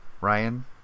Ryan